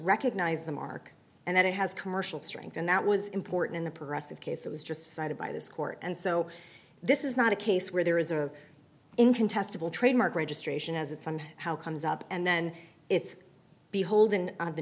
recognize the mark and that it has commercial strength and that was important in the progressive case that was just cited by this court and so this is not a case where there is a incontestable trademark registration as it's some how comes up and then it's behold